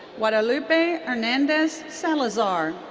guadalupe hernandez salazar.